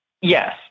Yes